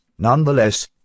Nonetheless